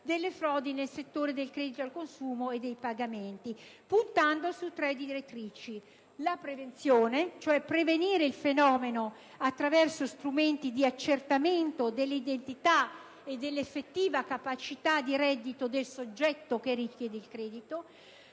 delle frodi nel settore del credito al consumo e dei pagamenti dilazionati o differiti puntando su tre direttrici: prevenire il fenomeno, attraverso strumenti di accertamento dell'identità e dell'effettiva capacità di reddito del soggetto che richiede il credito;